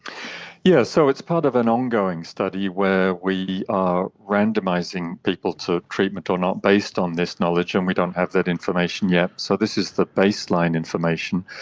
yes, so it's part of an ongoing study where we are randomising people to treatment or not based on this knowledge, and we don't have that information yet, so this is the baseline information.